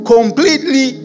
Completely